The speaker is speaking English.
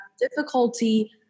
difficulty